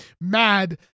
mad